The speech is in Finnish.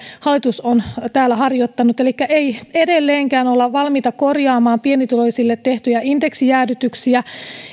hallitus on täällä harjoittanut ei edelleenkään olla valmiita korjaamaan pienituloisille tehtyjä indeksijäädytyksiä